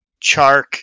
Chark